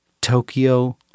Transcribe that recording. Tokyo